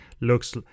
looks